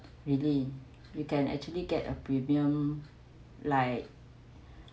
really you can actually get a premium like